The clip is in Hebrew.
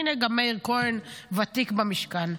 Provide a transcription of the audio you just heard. הינה, גם מאיר כהן ותיק במשכן.